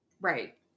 Right